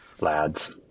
lads